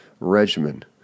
Regimen